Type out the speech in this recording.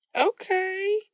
Okay